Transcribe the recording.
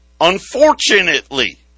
Unfortunately